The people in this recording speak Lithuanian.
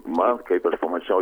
man kai pamačiau